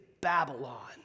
Babylon